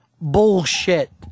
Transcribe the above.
bullshit